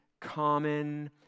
common